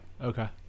Okay